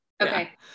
Okay